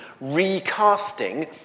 recasting